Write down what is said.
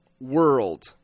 world